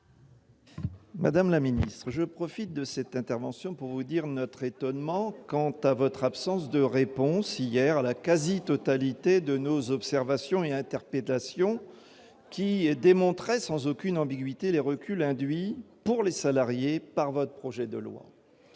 Madame la ministre, je profite de cette intervention pour vous dire notre étonnement devant votre refus de répondre, hier, à la quasi-totalité de nos observations et interpellations, qui démontraient sans ambiguïté les reculs qu'induit pour les salariés votre projet de loi.